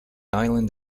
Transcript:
island